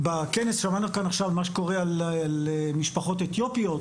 שמענו כאן עכשיו מה שקורה במשפחות אתיופיות.